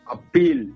Appeal